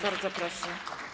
Bardzo proszę.